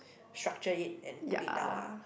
structure it and put it down ah